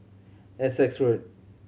Essex Road